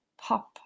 pop